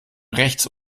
rechts